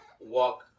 walk